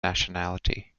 nationality